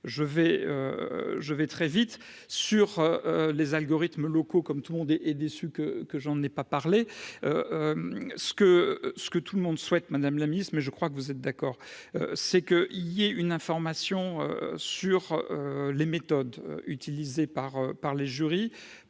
je vais très vite sur les algorithmes locaux comme tout le monde est est déçu que que j'en ai pas parlé, ce que ce que tout le monde souhaite, Madame la Ministre, mais je crois que vous êtes d'accord c'est que il y ait une information sur les méthodes utilisées par par les jury